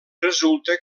resulta